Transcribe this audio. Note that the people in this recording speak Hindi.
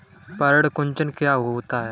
पर्ण कुंचन क्या है?